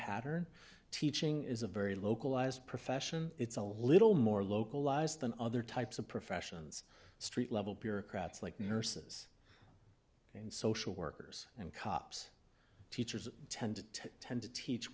pattern teaching is a very localized profession it's a little more localized than other types of professions street level bureaucrats like nurses and social workers and cops teachers tend to tend to teach